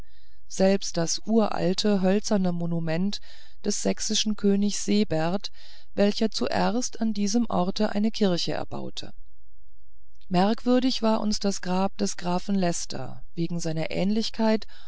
selbst das uralte hölzerne monument des sächsischen königs sebert welcher zuerst an diesem orte eine kirche erbaute merkwürdig war uns das grab eines grafen leicester wegen seiner ähnlichkeit